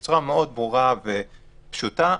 כתוב בצורה ברורה ופשוטה.